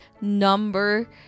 number